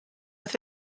with